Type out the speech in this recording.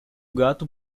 gato